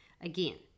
again